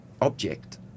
object